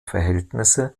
verhältnisse